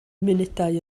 munudau